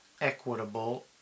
equitable